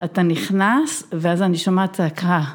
אתה נכנס, ואז אני שומעת צעקה.